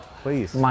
Please